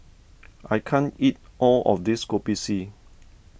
I can't eat all of this Kopi C